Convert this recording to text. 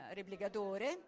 replicatore